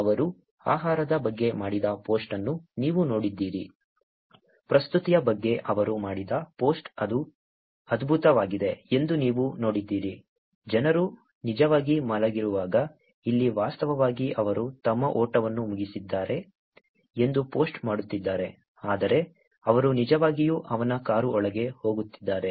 ಅವರು ಆಹಾರದ ಬಗ್ಗೆ ಮಾಡಿದ ಪೋಸ್ಟ್ ಅನ್ನು ನೀವು ನೋಡಿದ್ದೀರಿ ಪ್ರಸ್ತುತಿಯ ಬಗ್ಗೆ ಅವರು ಮಾಡಿದ ಪೋಸ್ಟ್ ಅದು ಅದ್ಭುತವಾಗಿದೆ ಎಂದು ನೀವು ನೋಡಿದ್ದೀರಿ ಜನರು ನಿಜವಾಗಿ ಮಲಗಿರುವಾಗ ಇಲ್ಲಿ ವಾಸ್ತವವಾಗಿ ಅವರು ತಮ್ಮ ಓಟವನ್ನು ಮುಗಿಸಿದ್ದಾರೆ ಎಂದು ಪೋಸ್ಟ್ ಮಾಡುತ್ತಿದ್ದಾರೆ ಆದರೆ ಅವರು ನಿಜವಾಗಿಯೂ ಅವನ ಕಾರು ಒಳಗೆ ಹೋಗುತ್ತಿದ್ದಾರೆ